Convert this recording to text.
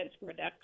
Reduction